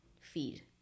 feed